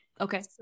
Okay